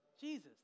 Jesus